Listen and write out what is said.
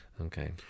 Okay